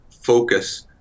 focus